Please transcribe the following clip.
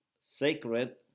sacred